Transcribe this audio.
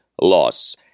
loss